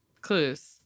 Clues